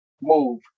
move